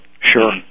Sure